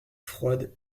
froide